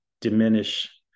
diminish